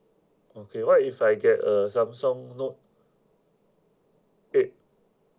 okay what if I get a Samsung note eight